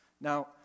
Now